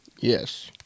Yes